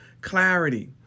clarity